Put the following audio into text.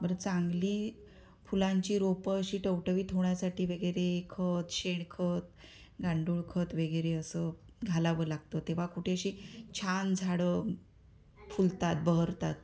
बरं चांगली फुलांची रोपं अशी टवटवीत होण्यासाठी वगैरे खत शेणखत गांडूळखत वगैरे असं घालावं लागतं तेव्हा कुठे अशी छान झाडं फुलतात बहरतात